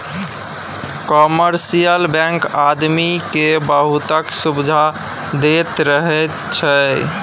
commercial bank आदमी केँ बहुतेक सुविधा दैत रहैत छै